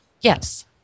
Yes